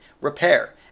repair